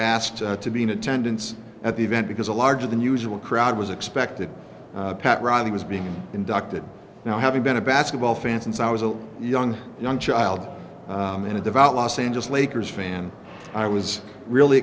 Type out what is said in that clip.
asked to be in attendance at the event because a larger than usual crowd was expected pat riley was being inducted now having been a basketball fan since i was a young young child and a devout los angeles lakers fan i was really